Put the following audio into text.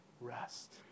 rest